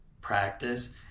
practice